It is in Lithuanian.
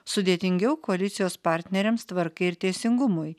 sudėtingiau koalicijos partneriams tvarkai ir teisingumui